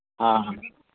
ᱦᱟᱸ ᱦᱟᱸ